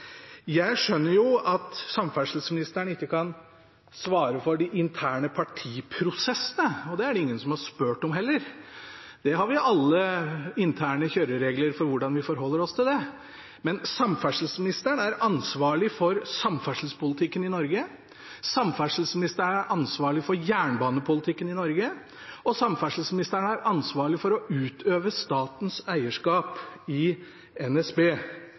Jeg skjønner at samferdselsministeren ikke kan svare for de interne partiprosessene – det er det ingen som har spurt om heller, vi har alle interne kjøreregler for hvordan vi forholder oss til det – men samferdselsministeren er ansvarlig for samferdselspolitikken i Norge, samferdselsministeren er ansvarlig for jernbanepolitikken i Norge, og samferdselsministeren er ansvarlig for å utøve statens eierskap i NSB.